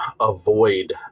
avoid